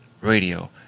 radio